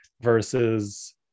versus